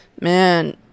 man